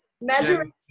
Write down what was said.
Measuring